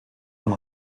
van